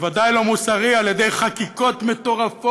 בוודאי לא מוסרי, על ידי חקיקות מטורפות,